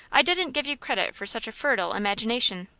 i didn't give you credit for such a fertile imagination.